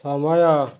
ସମୟ